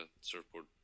surfboard